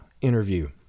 interview